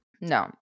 No